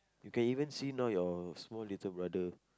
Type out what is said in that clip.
you can even see now your small little brother